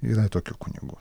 yra tokių kunigų